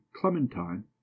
clementine